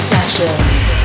Sessions